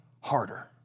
harder